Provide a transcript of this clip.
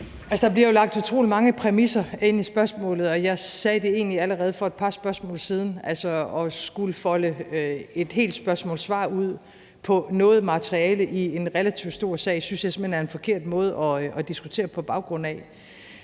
Der bliver jo lagt utrolig mange præmisser ind i spørgsmålet. Jeg sagde det egentlig allerede for et par spørgsmåls tid siden. Altså, at skulle folde et helt spørgsmål-svar ud på baggrund af noget materiale i en relativt stor sag synes jeg simpelt hen er en forkert måde at diskutere på. Der har